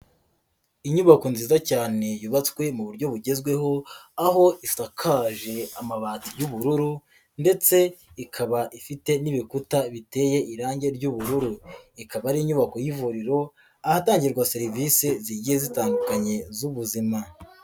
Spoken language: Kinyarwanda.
Inyubako nziza cyane yubatswe mu buryo bugezweho aho isakaje amabati y'ubururu ndetse ikaba ifite n'ibikuta biteye irangi ry'ubururu, ikaba ari inyubako y'ivuriro ahatangirwa serivisi zigiye zitandukanye z'ubuzima.